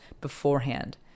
beforehand